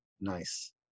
Nice